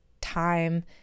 time